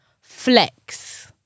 flex